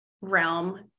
realm